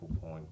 point